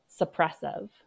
suppressive